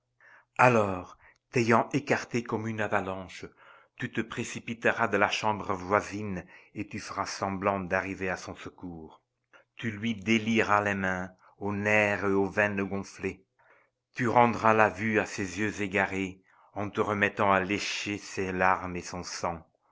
alors t'ayant écarté comme une avalanche tu te précipiteras de la chambre voisine et tu feras semblant d'arriver à son secours tu lui délieras les mains aux nerfs et aux veines gonflées tu rendras la vue à ses yeux égarés en te remettant à lécher ses larmes et son sang